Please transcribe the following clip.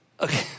Okay